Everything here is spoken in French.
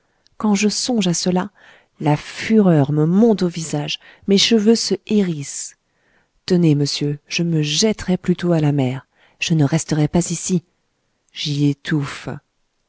quand je songe à cela la fureur me monte au visage mes cheveux se hérissent tenez monsieur je me jetterai plutôt à la mer je ne resterai pas ici j'y étouffe